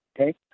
okay